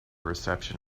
reception